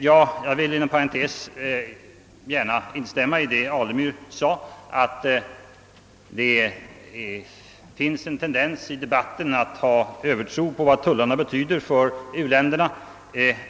Jag vill inom parentes gärna instämma i herr Alemyrs uttalande, att det finns en tendens i debatten att ha en övertro på vad tullarna betyder för u-länderna.